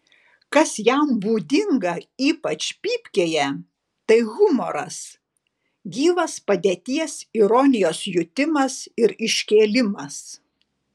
kas jam būdinga ypač pypkėje tai humoras gyvas padėties ironijos jutimas ir iškėlimas